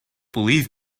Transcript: believe